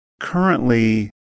currently